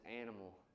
animal